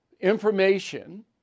information